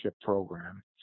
program